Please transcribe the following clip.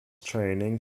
training